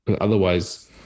Otherwise